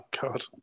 God